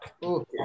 Ok